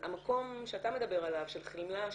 המקום שאתה מדבר עליו של חמלה,